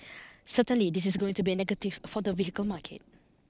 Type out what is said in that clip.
certainly this is going to be a negative for the vehicle market